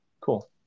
Cool